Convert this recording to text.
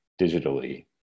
digitally